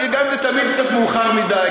גם אם זה תמיד זה מאוחר מדי,